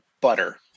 butter